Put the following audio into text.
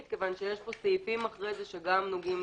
כיוון שיש פה סעיפים אחרי זה שגם נוגעים